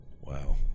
Wow